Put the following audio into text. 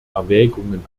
erwägungen